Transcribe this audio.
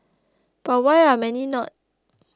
but why are many not